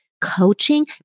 coaching